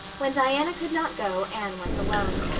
when diana could not go anne went alone.